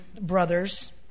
brothers